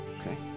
okay